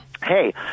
hey